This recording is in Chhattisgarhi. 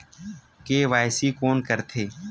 के.वाई.सी कोन करथे?